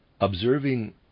Observing